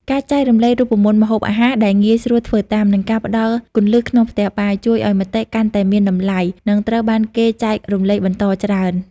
ការចែករំលែករូបមន្តម្ហូបអាហារដែលងាយស្រួលធ្វើតាម និងការផ្ដល់គន្លឹះក្នុងផ្ទះបាយ ជួយឱ្យមាតិកាកាន់តែមានតម្លៃ និងត្រូវបានគេចែករំលែកបន្តច្រើន។